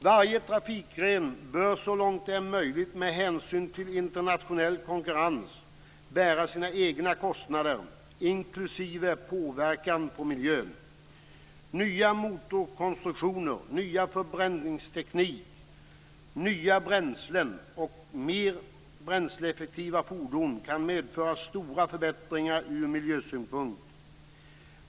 Varje trafikgren bör så långt det är möjligt med hänsyn till internationell konkurrens bära sina egna kostnader, inklusive påverkan på miljön. Nya motorkonstruktioner, ny förbränningsteknik, nya bränslen och mer bränsleeffektiva fordon kan medföra stora förbättringar ur miljösynpunkt.